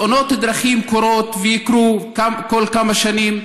תאונות דרכים קורות ויקרו כל כמה שנים,